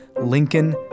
Lincoln